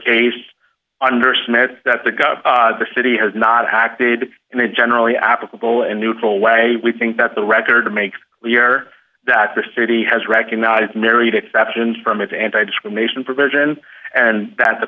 case under smith that the gov the city has not acted in a generally applicable and neutral way we think that the record to make clear that the city has recognized married exceptions from its anti discrimination provision and that the